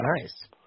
nice